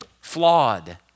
flawed